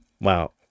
Wow